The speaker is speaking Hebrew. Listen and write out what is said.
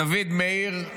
דוד מאיר,